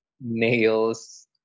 nails